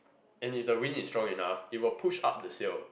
and if the wind is strong enough it will push up the sail